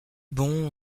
bon